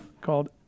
called